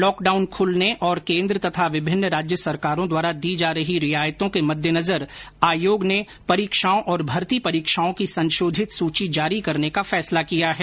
lockdown खुलने और केंद्र तथा विभिन्न राज्य सरकारों द्वारा दी जा रही रियायतों के मद्देनजर आयोग ने परीक्षाओं और भर्ती परीक्षाओं की संशोधित सुची जारी करने का फैसला किया है